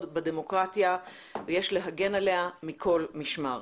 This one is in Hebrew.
בדמוקרטיה ויש להגן עליה מכל משמר.